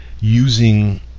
using